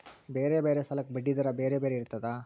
ಬೇರೆ ಬೇರೆ ಸಾಲಕ್ಕ ಬಡ್ಡಿ ದರಾ ಬೇರೆ ಬೇರೆ ಇರ್ತದಾ?